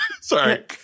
sorry